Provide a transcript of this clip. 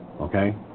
Okay